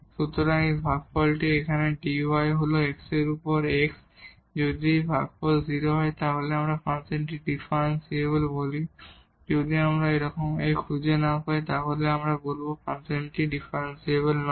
সুতরাং এই ভাগফলটি এখানে dy হল x এর উপর x যদি এই ভাগফল 0 হয় তাহলে আমরা ফাংশনটিকে ডিফারেনশিবল বলি এবং যদি আমরা এইরকম A খুঁজে না পাই তাহলে আমরা বলব ফাংশনটি ডিফারেনশিবল নয়